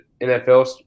NFL